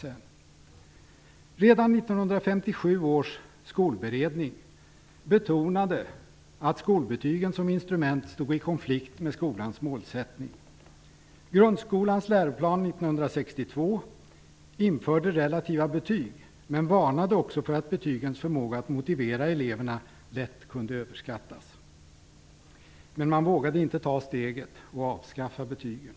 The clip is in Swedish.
Redan 1957 års skolberedning betonade att skolbetygen, som instrument, stod i konflikt med skolans målsättning. I grundskolans läroplan 1962 infördes relativa betyg, men det varnades också för att betygens förmåga att motivera eleverna lätt kunde överskattas. Men man vågade inte ta steget att avskaffa betygen.